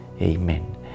Amen